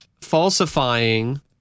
falsifying